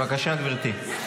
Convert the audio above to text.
בבקשה, גברתי.